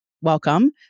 Welcome